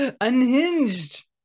Unhinged